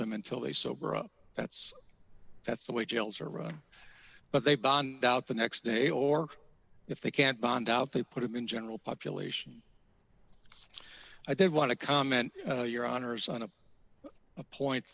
them until they sober up that's that's the way jails are run but they bond out the next day or if they can't bond out they put him in general population i did want to comment your honour's on to a point